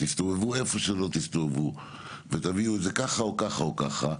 תסתובבו איפה שלא תסתובבו ותביאו את זה ככה או ככה או ככה,